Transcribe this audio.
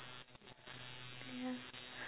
ya